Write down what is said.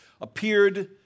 appeared